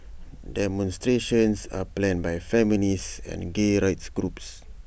demonstrations are planned by feminist and gay rights groups